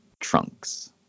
trunks